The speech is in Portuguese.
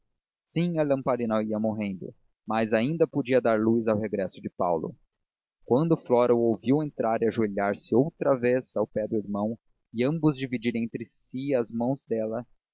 morrendo mas ainda podia dar luz ao regresso de paulo quando flora o viu entrar e ajoelhar-se outra vez ao pé do irmão e ambos dividirem entre si as mãos dela